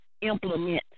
implement